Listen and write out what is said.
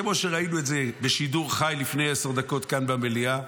כמו שראינו בשידור חי לפני עשר דקות כאן במליאה,